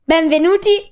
Benvenuti